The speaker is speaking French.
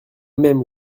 même